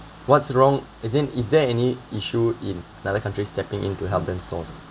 what's wrong isn't is there any issue in another country stepping in to help them solve